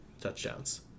touchdowns